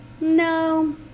no